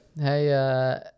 Hey